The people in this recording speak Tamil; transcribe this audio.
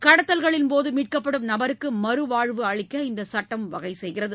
கடத்தல்களின்போது மீட்கப்படும் நபருக்கு மறுவாழ்வு அளிக்க இந்தக் சட்டம் வகை செய்கிறது